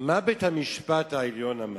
מה בית-המשפט העליון אמר?